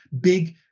big